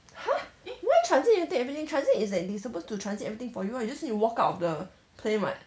!huh! why transit have to take everything transit is like they supposed to transit everything for you [one] you just need to walk out of the plane [what]